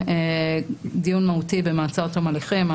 דיון מהותי במעצר תום הליכים,